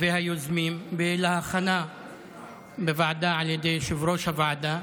והיוזמים ועל ההכנה בוועדה על ידי יושב-ראש הוועדה.